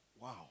Wow